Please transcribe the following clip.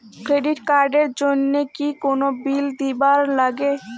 Credit card এর জন্যে কি কোনো বিল দিবার লাগে?